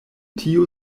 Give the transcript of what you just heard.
tiu